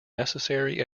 necessary